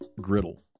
Griddle